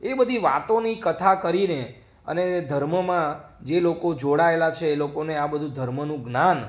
એ બધી વાતોની કથા કરીને અને ધર્મમાં જે લોકો જોડાયેલા છે એ લોકોને આ બધું ધર્મનું જ્ઞાન